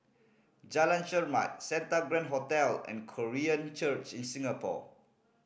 Jalan Chermat Santa Grand Hotel and Korean Church in Singapore